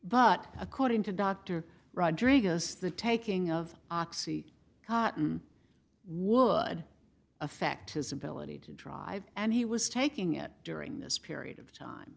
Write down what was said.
but according to dr rodriguez the taking of oxy cotton would affect his ability to drive and he was taking it during this period of time